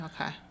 Okay